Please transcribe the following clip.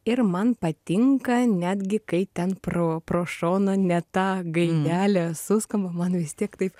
ir man patinka netgi kai ten pro pro šoną ne ta gaidelė suskamba man vis tiek taip